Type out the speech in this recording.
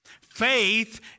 Faith